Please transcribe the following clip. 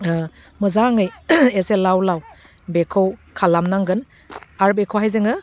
मोजाङै एसे लाव लाव बेखौ खालामनांगोन आरो बेखौहाय जोङो